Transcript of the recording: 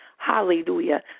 Hallelujah